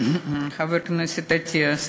חבר הכנסת אטיאס.